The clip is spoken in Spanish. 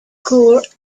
kurt